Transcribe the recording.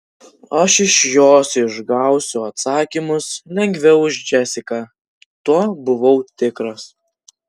aš iš jos išgausiu atsakymus lengviau už džesiką tuo buvau tikras